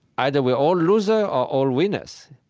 either we are all losers or all winners,